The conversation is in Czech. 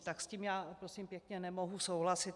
Tak s tím já prosím pěkně nemohu souhlasit.